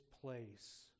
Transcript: place